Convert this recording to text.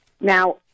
Now